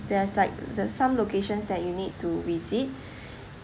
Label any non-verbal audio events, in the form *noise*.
there's like there's some locations that you need to visit *breath*